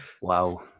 wow